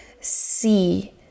see